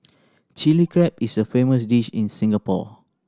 Chilli Crab is a famous dish in Singapore